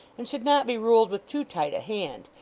and should not be ruled with too tight a hand,